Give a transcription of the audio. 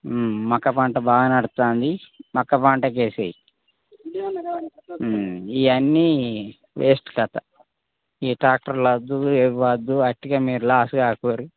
మక్క పంట బాగా నడుస్తోంది మక్క పంటకి వేసెయ్యి ఇవన్నీ వేస్ట్ కథ ఇక ట్రాక్టర్లు వద్దు ఇవి వద్దు అట్టిగా మీరు లాస్ కాకండి